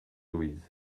louise